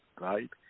right